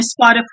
Spotify